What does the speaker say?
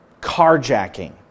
carjacking